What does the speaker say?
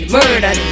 Murder